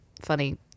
funny